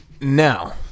Now